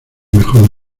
mejor